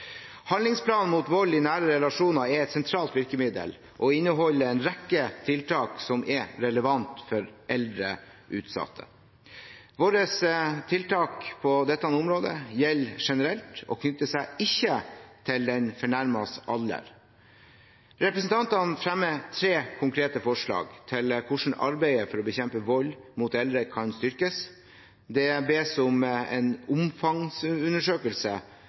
Handlingsplanen mot vold i nære relasjoner er et sentralt virkemiddel og inneholder en rekke tiltak som er relevant for eldre utsatte. Våre tiltak på dette området gjelder generelt og knytter seg ikke til den fornærmedes alder. Representantene fremmer tre konkrete forslag til hvordan arbeidet med å bekjempe vold mot eldre kan styrkes. Det bes om en omfangsundersøkelse,